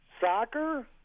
Soccer